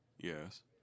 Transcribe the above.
Yes